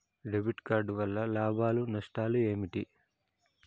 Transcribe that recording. Debit card వల్ల లాభాలు నష్టాలు ఏమిటి?